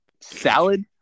salad